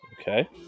Okay